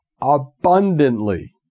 abundantly